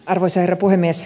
arvoisa herra puhemies